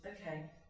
okay